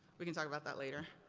we can talk about that later.